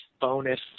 bonus